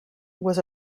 was